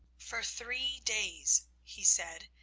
for three days, he said,